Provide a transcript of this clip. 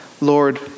Lord